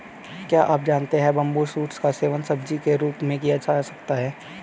क्या आप जानते है बम्बू शूट्स का सेवन सब्जी के रूप में किया जा सकता है?